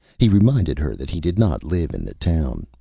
he reminded her that he did not live in the town.